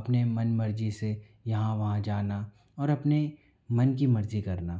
अपने मन मर्जी से यहाँ वहाँ जाना और अपने मन की मर्जी करना